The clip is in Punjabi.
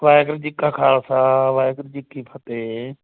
ਵਾਹਿਗੁਰੂ ਜੀ ਕਾ ਖਾਲਸਾ ਵਾਹਿਗੁਰੂ ਜੀ ਕੀ ਫਤਿਹ